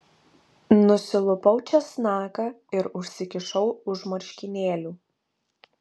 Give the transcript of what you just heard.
nusilupau česnaką ir užsikišau už marškinėlių